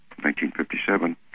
1957